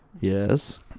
Yes